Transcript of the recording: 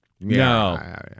no